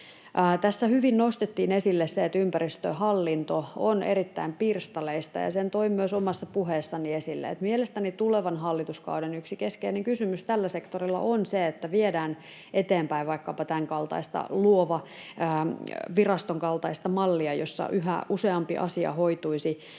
Tässä hyvin nostettiin esille se, että ympäristöhallinto on erittäin pirstaleista, ja sen toin myös omassa puheessani esille. Mielestäni tulevan hallituskauden yksi keskeinen kysymys tällä sektorilla on se, että viedään eteenpäin vaikkapa tämänkaltaista, Luova-viraston kaltaista mallia, jossa yhä useampi asia hoituisi yhden